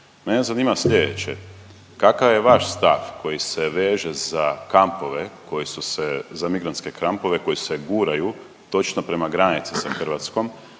Mene zanima slijedeće, kakav je vaš stav koji se veže za kampove koji su se za migrantske kampove koji se guraju točno prema granici sa Hrvatskom.